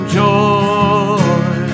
joy